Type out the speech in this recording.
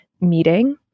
meeting